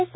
S